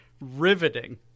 riveting